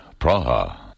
Praha